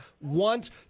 want